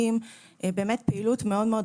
הייתי סטודנטית